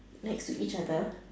next to each other